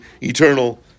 eternal